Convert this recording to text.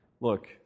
look